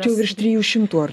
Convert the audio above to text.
čia jau virš trijų šimtų ar